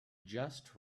just